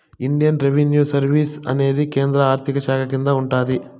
Indian revenue service అనేది కేంద్ర ఆర్థిక శాఖ కింద ఉంటాది